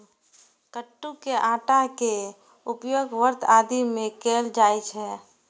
कट्टू के आटा के उपयोग व्रत आदि मे कैल जाइ छै